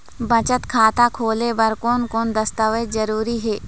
बचत खाता खोले बर कोन कोन दस्तावेज जरूरी हे?